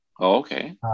Okay